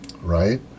right